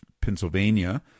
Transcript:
Pennsylvania